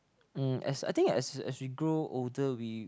mm as I think as as we grow older we